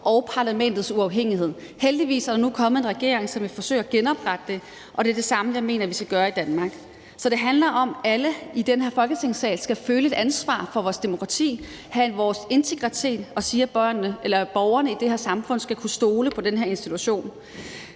og parlamentets uafhængighed. Heldigvis er der nu kommet en regering, som vil forsøge at genoprette det, og det er det samme, jeg mener vi skal gøre i Danmark. Så det handler om, at alle i den her Folketingssal skal føle et ansvar for vores demokrati, og de skal bevare deres integritet, for borgerne i det her samfund skal kunne stole på den her institution.